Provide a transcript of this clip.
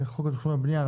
חוק התכנון והבנייה.